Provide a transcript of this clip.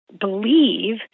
believe